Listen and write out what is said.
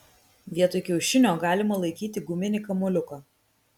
vietoj kiaušinio galima laikyti guminį kamuoliuką